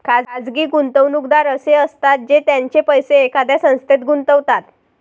खाजगी गुंतवणूकदार असे असतात जे त्यांचे पैसे एखाद्या संस्थेत गुंतवतात